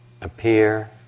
appear